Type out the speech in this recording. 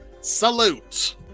Salute